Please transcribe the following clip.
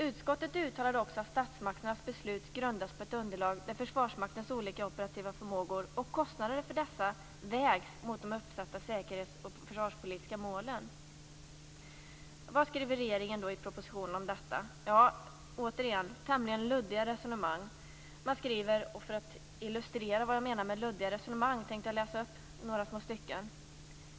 Utskottet uttalade också att statsmakternas beslut grundas på ett underlag där Försvarsmaktens olika operativa förmågor och kostnader för dessa vägs mot de uppsatta säkerhets och försvarspolitiska målen. Återigen, tämligen luddiga resonemang. För att illustrera vad jag menar med luddiga resonemang tänkte jag återge några små stycken.